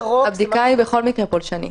הבדיקה היא בכל מקרה פולשנית.